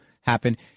happen